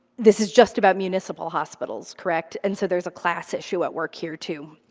this is just about municipal hospitals, correct, and so there's a class issue at work here too.